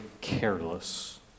careless